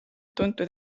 tuntud